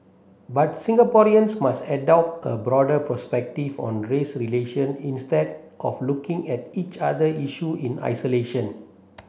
but Singaporeans must adopt a broader perspective on race relation instead of looking at each other issue in isolation